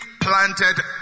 planted